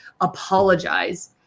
apologize